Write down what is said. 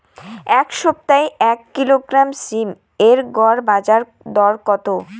এই সপ্তাহে এক কিলোগ্রাম সীম এর গড় বাজার দর কত?